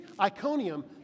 Iconium